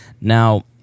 Now